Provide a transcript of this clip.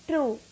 True